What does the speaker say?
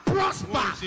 prosper